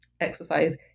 exercise